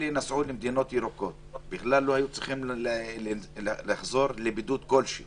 הם נסעו למדינות ירוקות ובכלל לא היו צריכים לחזור לבידוד כלשהו